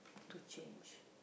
to change